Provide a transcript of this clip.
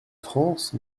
france